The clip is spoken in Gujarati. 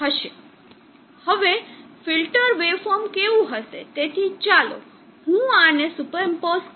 હવે ફિલ્ટર વેવ ફોર્મ કેવું હશે તેથી ચાલો હું આનો સુપરઈમ્પોસ કરું